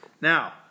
Now